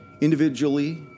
Individually